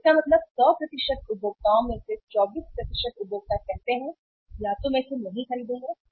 तो इसका मतलब 100 उपभोक्ताओं में से 24 उपभोक्ता कहते हैं कि या तो मैं इसे नहीं खरीदूंगा